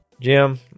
Jim